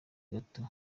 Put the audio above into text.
gato